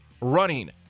running